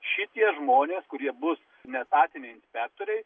šitie žmonės kurie bus neetatiniai inspektoriai